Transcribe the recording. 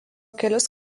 kelis